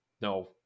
no